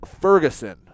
Ferguson